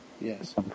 Yes